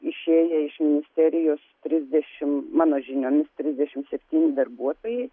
išėję iš ministerijos trisdešim mano žiniomis trisdešim septyni darbuotojai